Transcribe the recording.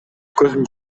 көзүм